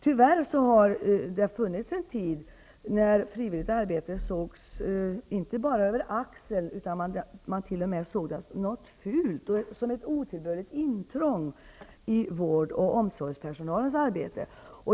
Tyvärr fanns det en tid när frivilligt arbete sågs inte bara över axeln utan t.o.m. som något fult och som ett otillbörligt intrång i vård och omsorgspersonalens arbete.